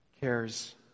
cares